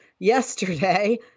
Yesterday